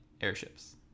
airships